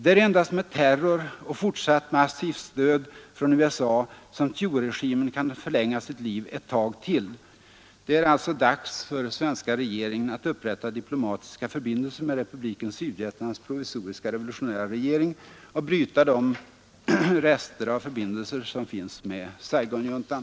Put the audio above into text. Det är endast med terror och fortsatt massivt stöd från USA som Thieuregimen kan förlänga sitt liv ett tag till. Det är alltså dags för svenska regeringen att upprätta diplomatiska förbindelser med Republiken Sydvietnams provisoriska revolutionära regering och bryta de rester av förbindelser som finns med Saigonjuntan.